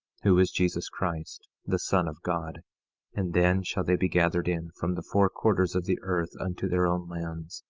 who is jesus christ, the son of god and then shall they be gathered in from the four quarters of the earth unto their own lands,